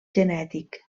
genètic